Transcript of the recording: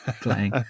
playing